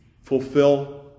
fulfill